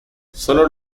sólo